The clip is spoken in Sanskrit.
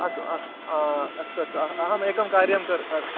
अस्तु अस्तु अस्तु अस्तु अ अहम् एकं कार्यं कर् कर्